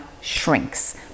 shrinks